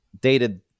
dated